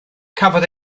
cafodd